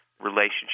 Relationship